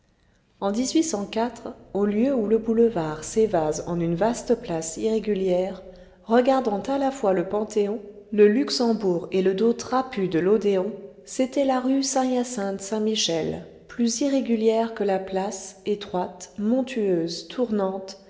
en au lieu où le boulevard s'évase en une vaste place irrégulière regardant à la fois le panthéon le luxembourg et le dos trapu de l'odéon c'était la rue saint hyacinthe saint michel plus irrégulière que la place étroite montueuse tournante